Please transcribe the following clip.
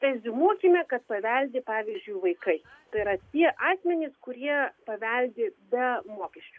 preziumuokime kad paveldi pavyzdžiui vaikai tai yra tie asmenys kurie paveldi be mokesčių